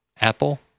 Apple